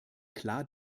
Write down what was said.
klar